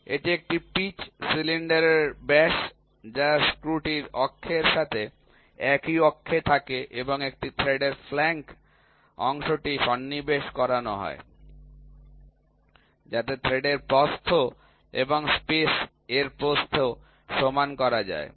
এটি একটি পিচ সিলিন্ডারের ব্যাস যা স্ক্রুটির অক্ষের সাথে একই অক্ষে থাকে এবং একটি থ্রেডের ফ্ল্যাঙ্ক অংশটি সন্নিবেশ করানো হয় যাতে থ্রেডের প্রস্থ এবং স্পেস এর প্রস্থের সমান করা যায়